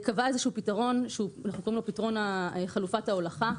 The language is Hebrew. קבעה איזשהו פתרון שאנחנו קוראים לו "פתרון חלופת ההולכה",